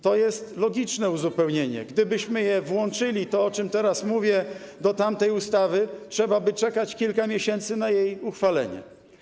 To jest logiczne uzupełnienie, gdybyśmy je włączyli - to, o czym teraz mówię - do tamtej ustawy, trzeba by było czekać kilka miesięcy na jej uchwalenie.